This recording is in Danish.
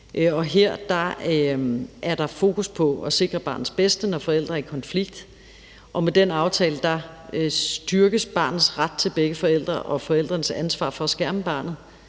Her er der fokus på at sikre barnets bedste, når forældre er i konflikt. Med den aftale styrkes barnets ret til begge forældre og forældrenes ansvar for at skærme barnet,